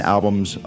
Albums